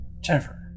Jennifer